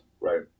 Right